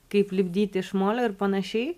kaip lipdyti iš molio ir panašiai